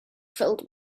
filled